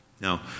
Now